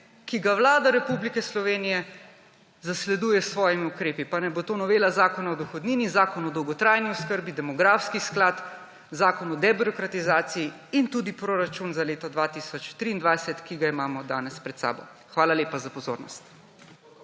ki ga Vlada Republike Slovenije zasleduje s svojimi ukrepi, pa naj bo to novela Zakona o dohodnini, Zakon o dolgotrajni oskrbi, demografski sklad, Zakon o debirokratizaciji in tudi proračun za leto 2023, ki ga imamo danes pred sabo. Hvala lepa za pozornost.